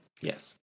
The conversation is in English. Yes